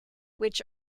which